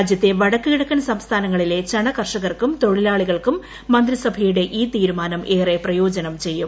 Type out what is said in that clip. രാജ്യത്തെ വടക്കുകിഴക്കൻ സംസ്ഥാനങ്ങളിലെ ചണ കർഷകർക്കും തൊഴിലാളികൾക്കും മന്ത്രിസഭയുടെ ഈ തീരുമാനം ഏറെ പ്രയോജനം ചെയ്യും